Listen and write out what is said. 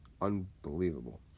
Unbelievable